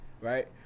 right